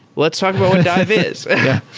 let's talk about what dive is yeah.